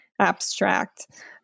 abstract